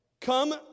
Come